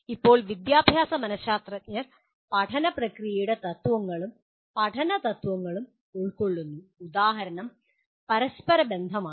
ഇപ്പോൾ വിദ്യാഭ്യാസ മനഃശാസ്ത്രജ്ഞർ പഠന പ്രക്രിയയുടെ തത്വങ്ങളും പഠന തത്വങ്ങളും ഉൾക്കൊള്ളുന്നു ഉദാഹരണം "പരസ്പരബന്ധം" ആണ്